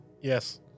Yes